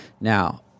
Now